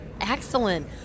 Excellent